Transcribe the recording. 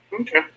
Okay